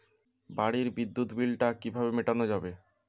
বাড়ির বিদ্যুৎ বিল টা কিভাবে মেটানো যাবে?